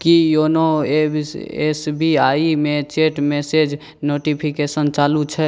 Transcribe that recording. Ki YONO S B I मे chat message क notification चालू छै